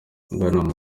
bwana